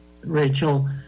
rachel